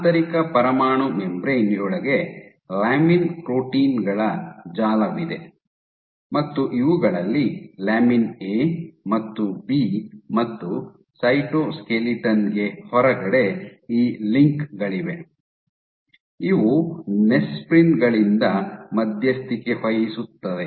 ಆಂತರಿಕ ಪರಮಾಣು ಮೆಂಬ್ರೇನ್ ಯೊಳಗೆ ಲ್ಯಾಮಿನ್ ಪ್ರೋಟೀನ್ ಗಳ ಜಾಲವಿದೆ ಮತ್ತು ಇವುಗಳಲ್ಲಿ ಲ್ಯಾಮಿನ್ ಎ ಮತ್ತು ಬಿ ಮತ್ತು ಸೈಟೋಸ್ಕೆಲಿಟನ್ ಗೆ ಹೊರಗಡೆ ಈ ಲಿಂಕ್ ಗಳಿವೆ ಇವು ನೆಸ್ಪ್ರಿನ್ ಗಳಿಂದ ಮಧ್ಯಸ್ಥಿಕೆ ವಹಿಸುತ್ತವೆ